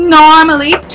normally